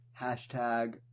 hashtag